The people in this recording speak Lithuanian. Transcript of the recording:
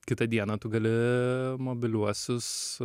kitą dieną tu gali mobiliuosius